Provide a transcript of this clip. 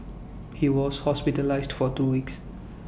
he was hospitalised for two weeks